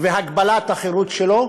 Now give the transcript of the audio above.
והגבלת החירות שלו,